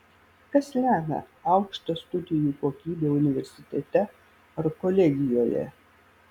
kas lemia aukštą studijų kokybę universitete ar kolegijoje